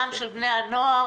הנוער,